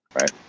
right